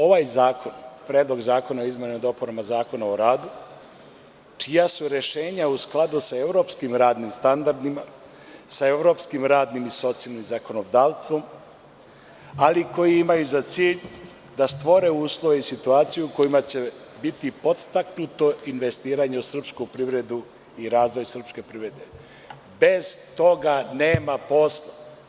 Ovaj zakon, Predlog zakona o izmenama i dopunama Zakona o radu, čija su rešenja u skladu sa evropskim radnim standardima, sa evropskim radnim i socijalnim zakonodavstvom, ali koji ima za cilj da stvore uslove i situaciju u kojima će biti podstaknuto investiranje u srpsku privredu i razvoj srpske privrede, bez toga nema posla.